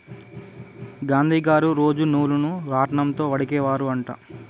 గాంధీ గారు రోజు నూలును రాట్నం తో వడికే వారు అంట